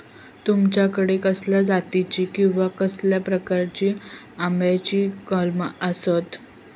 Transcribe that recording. तुमच्याकडे कसल्या जातीची किवा कसल्या प्रकाराची आम्याची कलमा आसत?